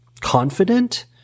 confident